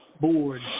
board